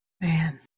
man